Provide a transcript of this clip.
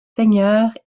seigneurs